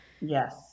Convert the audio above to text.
Yes